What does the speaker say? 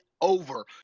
over